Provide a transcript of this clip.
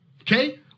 okay